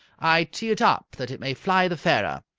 i tee it up that it may fly the fairer.